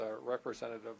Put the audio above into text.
Representative